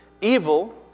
Evil